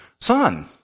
Son